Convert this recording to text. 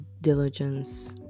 diligence